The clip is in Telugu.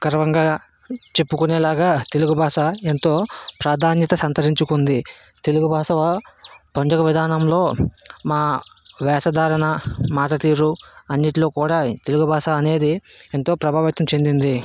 గర్వంగా చెప్పుకునేలాగా తెలుగు భాష ఎంతో ప్రాధాన్యత సంతరించుకుంది తెలుగు భాష పండుగ విధానంలో మా వేషధారణ మాట తీరు అన్నిటిలో కూడా తెలుగు భాష అనేది ఎంతో ప్రభావితం చెందింది